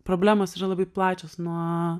problemos yra labai plačios nuo